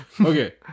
okay